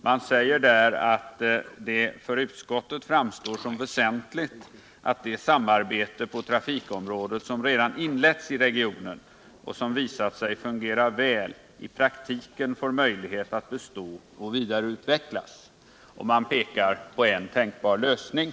Man säger där att det för utskottet framstår som väsentligt ”att det samarbete på trafikområdet som redan inletts i regionen och som visat sig fungera väl i praktiken får möjlighet att bestå och vidareutvecklas”, och så pekar man på en tänkbar lösning.